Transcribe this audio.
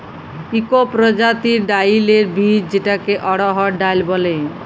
ইক পরজাতির ডাইলের বীজ যেটাকে অড়হর ডাল ব্যলে